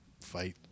fight